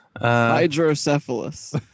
Hydrocephalus